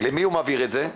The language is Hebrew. למי הוא מעביר את זה?